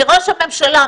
מראש הממשלה,